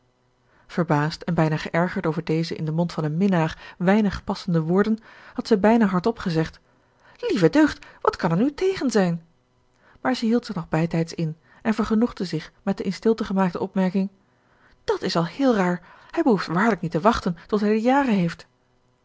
verbaasd en bijna geërgerd over deze in den mond van een minnaar weinig passende woorden had zij bijna hardop gezegd lieve deugd wat kan er nu tegen zijn maar zij hield zich nog bijtijds in en vergenoegde zich met de in stilte gemaakte opmerking dàt is al heel raar hij behoeft waarlijk niet te wachten tot hij de jaren heeft